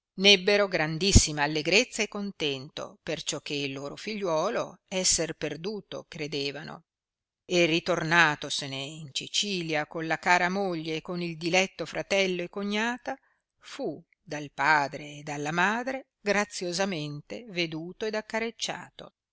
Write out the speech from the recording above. n ebbero grandissima allegrezza e contento perciò che il loro figliuolo esser perduto credevano e ritornatosene in sicilia con la cara moglie e con il diletto fratello e cognata fu dal padre e dalla madre graziosamente veduto ed accarecciato